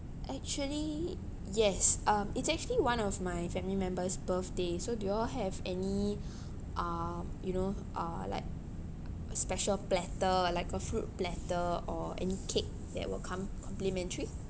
actually yes um it's actually one of my family members' birthday so do y'all have any uh you know uh like special platter like a fruit platter or any cake that will come complimentary